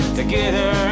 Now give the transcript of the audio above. together